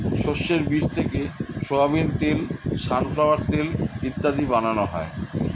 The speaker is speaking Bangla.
শস্যের বীজ থেকে সোয়াবিন তেল, সানফ্লাওয়ার তেল ইত্যাদি বানানো হয়